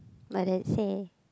my dad say